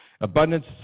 Abundance